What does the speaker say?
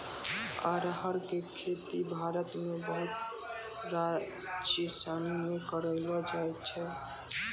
अरहर के खेती भारत मे बहुते राज्यसनी मे करलो जाय छै